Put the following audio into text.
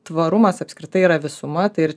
tvarumas apskritai yra visuma tai ir